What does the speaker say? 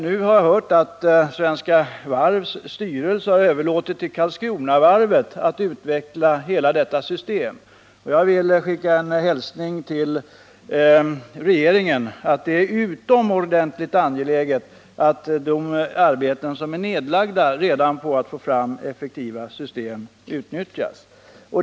Nu har jag hört att Svenska Varvs styrelse överlåtit till Karlskronavarvet att utveckla hela detta system, och jag vill skicka en hälsning till regeringen att det är utomordentligt angeläget att det arbete som redan är nedlagt på att få fram effektiva system utnyttjas.